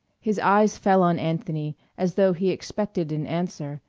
his eyes fell on anthony, as though he expected an answer,